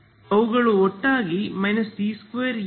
ಅವುಗಳು ಒಟ್ಟಾಗಿ c2uxx xt utt xt